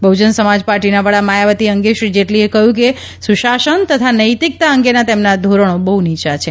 બહુજન સમાજ પાર્ટીના વડા માયાવતી અંગે શ્રી જેટલીએ કહ્યું કે સુશાસન તથા નૈતિકતા અંગેના તેમના ધોરણો બહ્ નીચાં છે